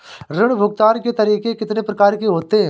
ऋण भुगतान के तरीके कितनी प्रकार के होते हैं?